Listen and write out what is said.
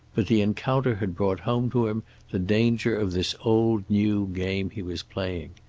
but the encounter had brought home to him the danger of this old-new game he was playing.